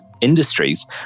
industries